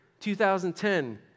2010